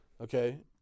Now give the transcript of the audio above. Okay